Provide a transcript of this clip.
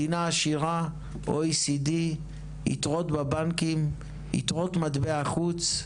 מדינה עשירה OECD, יתרות בבנקים, יתרות מטבע חוץ,